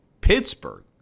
Pittsburgh